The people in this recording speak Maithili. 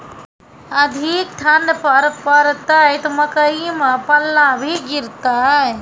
अधिक ठंड पर पड़तैत मकई मां पल्ला भी गिरते?